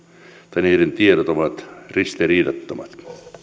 tiedot ovat ristiriidattomat